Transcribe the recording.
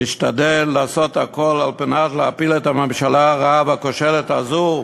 נשתדל לעשות הכול על מנת להפיל את הממשלה הרעה והכושלת הזאת.